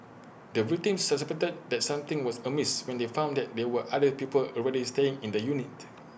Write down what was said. the victims suspected that something was amiss when they found that there were other people already staying in the unit